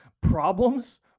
problems